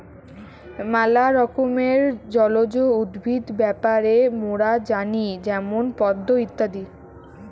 ম্যালা রকমের জলজ উদ্ভিদ ব্যাপারে মোরা জানি যেমন পদ্ম ইত্যাদি